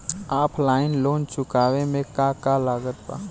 Offline loan चुकावे म का का लागत बा?